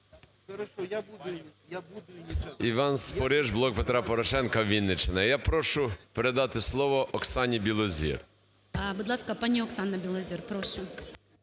Іван Спориш, "Блок Петра Порошенка", Вінниччина. Я прошу передати слово Оксані Білозір. ГОЛОВУЮЧИЙ. Будь ласка, пані Оксана Білозір. Прошу.